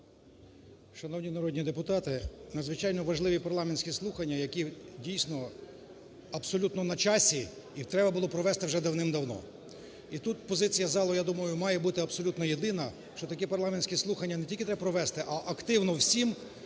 Шановні народні депутати! Надзвичайно важливі парламентські слухання, які дійсно абсолютно на часі, їх треба було провести вже давним-давно. І тут позиція залу, я думаю, має бути абсолютно єдина, що такі парламентські слухання не тільки треба провести, а активно всім